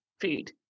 food